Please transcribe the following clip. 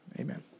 amen